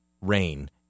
rain